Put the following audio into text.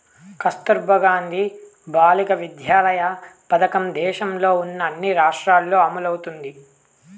కస్తుర్బా గాంధీ బాలికా విద్యాలయ పథకం దేశంలో ఉన్న అన్ని రాష్ట్రాల్లో అమలవుతోంది